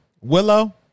Willow